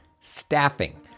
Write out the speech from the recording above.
Staffing